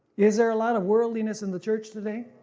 is there a lot of worldliness in the church today?